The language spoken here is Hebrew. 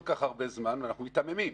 אנחנו מיתממים,